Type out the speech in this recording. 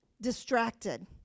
distracted